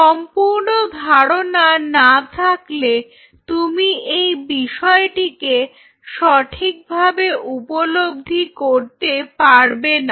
সম্পূর্ণ ধারণা না থাকলে তুমি এই বিষয়টিকে সঠিকভাবে উপলব্ধি করতে পারবে না